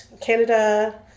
Canada